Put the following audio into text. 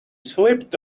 slipped